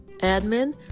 admin